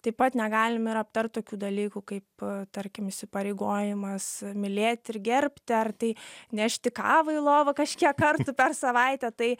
taip pat negalim ir aptart tokių dalykų kaip tarkim įsipareigojimas mylėti ir gerbti ar tai nešti kavą į lovą kažkiek kartų per savaitę tai